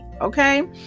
Okay